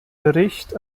bericht